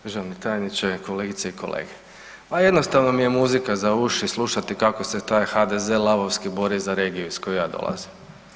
Državni tajniče, kolegice i kolege, ma jednostavno mi je muzika za uši slušati kako se taj HDZ lavovski bori za regiju iz koje ja dolazim.